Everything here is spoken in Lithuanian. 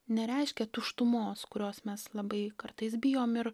nereiškia tuštumos kurios mes labai kartais bijom ir